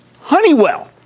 Honeywell